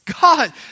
God